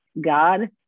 God